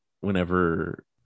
whenever